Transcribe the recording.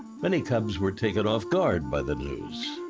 many cubs were taken off guard by the news.